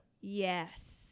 Yes